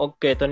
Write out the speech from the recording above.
Okay